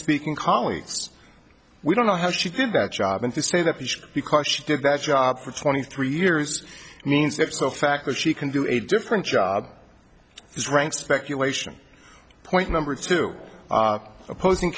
speaking colleagues we don't know how she did that job and to say that because she did that job for twenty three years means that so fact that she can do a different job is rank speculation point number two opposing